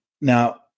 Now